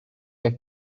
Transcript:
der